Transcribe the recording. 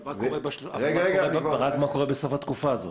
מה קורה בסוף התקופה הזאת?